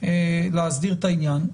להסדיר את העניין,